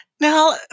Now